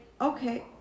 okay